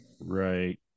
right